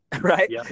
right